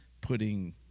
putting